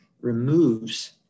removes